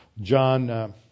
John